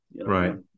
Right